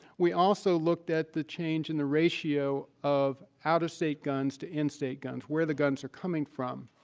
we also looked at the change in the ratio of out-of-state guns to in-state guns, where the guns are coming from.